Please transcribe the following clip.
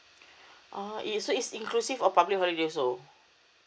oh so it's inclusive of public holiday also